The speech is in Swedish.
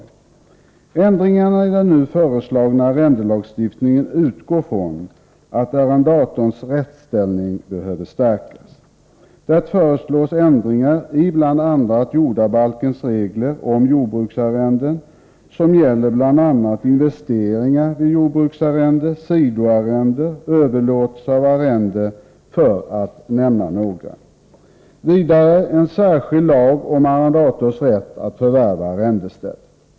När det gäller ändringarna i den nu föreslagna arrendelagstiftningen utgår man från att arrendatorns rättsställning behöver stärkas. Det föreslås ändringar i bl.a. jordabalkens regler om jordbruksarrende som gäller investeringar vid jordbruksarrende, sidoarrende och överlåtelse av arrenderätt, för att nämna några. Vidare gäller det en särskild lag om arrendatorns rätt att förvärva arrendestället.